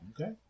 Okay